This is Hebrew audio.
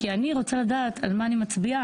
כי אני רוצה לדעת על מה אני מצביעה.